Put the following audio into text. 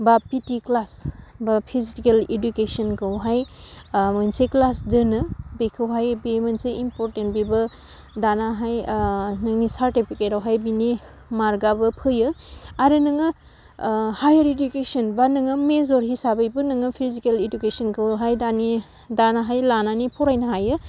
बा फिटि ख्लास बा फिजिकेल इदुकेसनखौहाय मोनसे ख्लास दोनो बेखौहाय बे मोनसे इम्परटेन्ट बेबो दानाहाय नोंनि सारटिपिकेटआवहाय बिनि मार्गाबो फैयो आरो नोङो हायार इदुकेसन बा नोङो मेजर हिसाबैबो नोङो फेजिकेल इदुकेसनखौहाय दानि दानो हायो लानानै फरायनो हायो